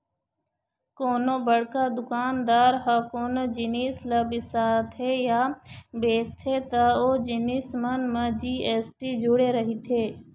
कोनो बड़का दुकानदार ह कोनो जिनिस ल बिसाथे या बेचथे त ओ जिनिस मन म जी.एस.टी जुड़े रहिथे